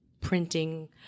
printing